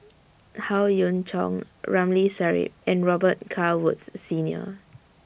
Howe Yoon Chong Ramli Sarip and Robet Carr Woods Senior